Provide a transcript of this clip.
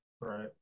right